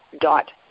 dot